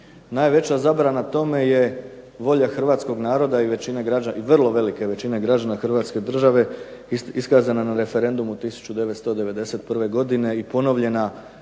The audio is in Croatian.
Najveća zabrana tome je volja Hrvatskog naroda i vrlo velike većine građana Republike Hrvatske iskazana na referendumu 1991. godine i ponovljena